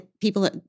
people